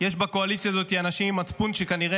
יש בקואליציה הזאת אנשים עם מצפון שכנראה